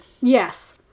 Yes